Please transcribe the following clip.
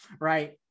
Right